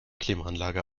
klimaanlage